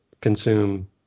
consume